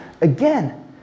again